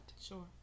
Sure